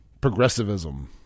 Progressivism